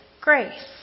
grace